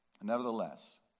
Nevertheless